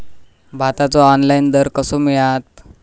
भाताचो ऑनलाइन दर कसो मिळात?